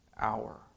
hour